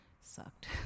sucked